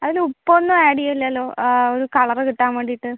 അതിലുപ്പൊന്നും add ചെയ്യില്ലല്ലോ ഒരു colour കിട്ടാൻ വേണ്ടിയിട്ട്